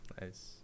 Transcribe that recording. Nice